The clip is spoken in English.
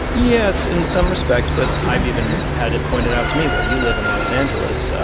yes, in some respects. but i've even had it pointed out to me well, you live in los angeles.